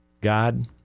God